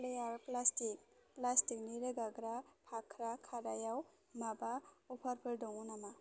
फ्लेयार plastics प्लास्टिकनि रोगाग्रा फाख्रा खादायाव माबा अफारफोर दङ नामा